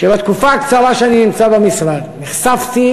שבתקופה הקצרה שאני נמצא במשרד נחשפתי